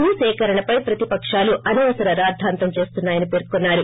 భూసేకరణ పై ప్రతిపకాలు అనవసర రాద్గాంతం చేస్తున్నాయని పేర్కొన్నారు